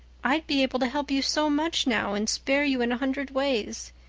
i'd be able to help you so much now and spare you in a hundred ways.